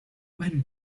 when